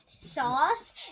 sauce